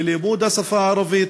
ללימוד השפה הערבית,